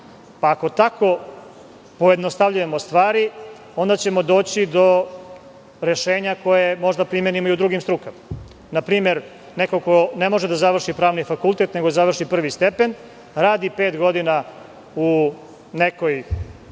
pa ako tako pojednostavljujemo stvari, onda ćemo doći do rešenja koje možemo da primenimo i u drugim strukama. Na primer, neko ko ne može da završi Pravni fakultet nego završi prvi stepen, radi pet godina u nekoj